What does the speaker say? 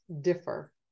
differ